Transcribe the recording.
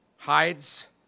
Hides